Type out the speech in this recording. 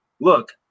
look